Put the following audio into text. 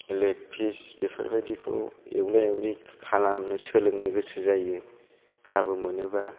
leg piece बेफोरबायदिखौ एवला एवलि खालामनो सोलोंनो गोसो जायो खाबु मोनोबा